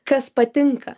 kas patinka